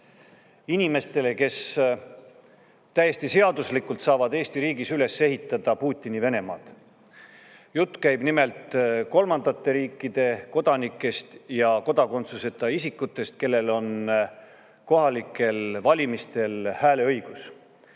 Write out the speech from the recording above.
inimestele, kes täiesti seaduslikult saavad Eesti riigis üles ehitada Putini Venemaad. Jutt käib nimelt kolmandate riikide kodanikest ja kodakondsuseta isikutest, kellel on kohalikel valimistel hääleõigus.